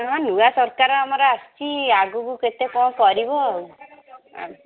ହଁ ନୂଆ ସରକାର ଆମର ଆସିଛି ଆଗକୁ କେତେ କ'ଣ କରିବ ଆଉ